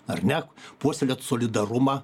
ar ne puoselėt solidarumą